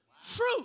fruit